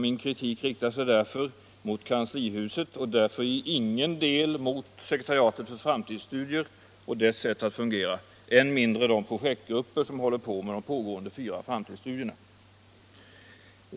Min kritik riktar sig därför mot kanslihuset och i ingen del mot sekretariatet för framtidsstudier och dess sätt att fungera, än mindre mot de projektgrupper som håller på med de fyra framtidsstudierna.